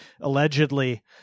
allegedly